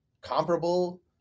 comparable